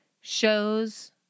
shows